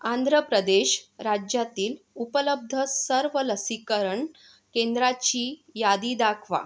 आंध्र प्रदेश राज्यातील उपलब्ध सर्व लसीकरण केंद्राची यादी दाखवा